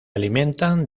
alimentan